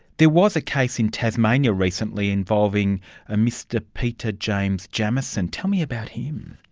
there was a case in tasmania recently involving a mr peter james jamieson. tell me about him.